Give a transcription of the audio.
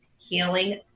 Healing